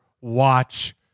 watch